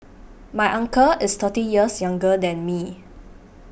my uncle is thirty years younger than me